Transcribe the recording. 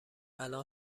الان